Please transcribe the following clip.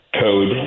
code